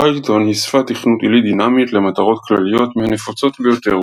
פייתון היא שפת תכנות עילית דינמית למטרות כלליות מהנפוצות ביותר,